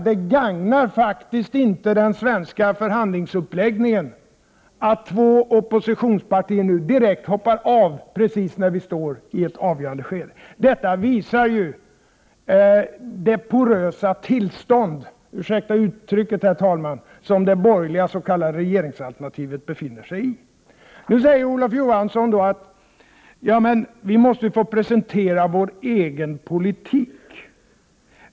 Det gagnar faktiskt inte den svenska förhandlingsuppläggningen att två oppositionspartier nu direkt hoppar av, precis när vi står i ett avgörande skede. Detta visar det porösa tillståndet — ursäkta uttrycket, herr talman! — som det borgerliga s.k. regeringsalternativet befinner sig i. Nu säger Olof Johansson: Ja, men vi måste ju få presentera vår egen politik.